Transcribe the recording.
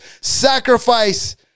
sacrifice